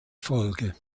folge